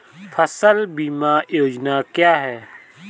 फसल बीमा योजना क्या है?